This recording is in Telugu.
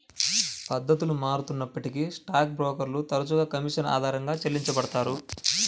పద్ధతులు మారుతూ ఉన్నప్పటికీ స్టాక్ బ్రోకర్లు తరచుగా కమీషన్ ఆధారంగా చెల్లించబడతారు